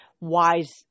wise